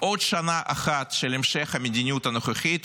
עוד שנה אחת של המשך המדיניות הנוכחית,